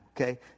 okay